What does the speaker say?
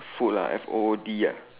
food ah F O O D ya